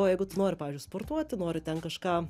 o jeigu tu nori pavyzdžiui sportuoti nori ten kažką